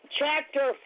chapter